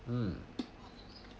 mm